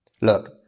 Look